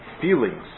feelings